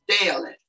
daily